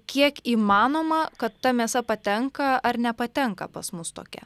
kiek įmanoma kad ta mėsa patenka ar nepatenka pas mus tokia